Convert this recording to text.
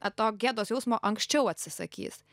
ato gėdos jausmo anksčiau atsisakys